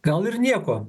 gal ir nieko